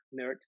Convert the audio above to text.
nerd